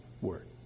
word